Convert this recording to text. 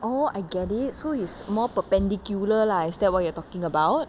oh I get it so is more perpendicular lah is that what you are talking about